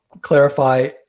clarify